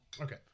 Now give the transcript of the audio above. Okay